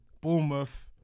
Bournemouth